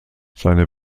seine